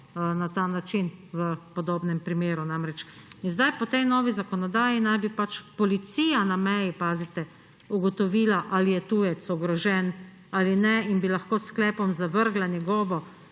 na ta način v podobnem primeru. Sedaj po tej novi zakonodaji naj bi pač policija na meji – pazite – ugotovila, ali je tujec ogrožen ali ne, in bi lahko s sklepom zavrgla njegovo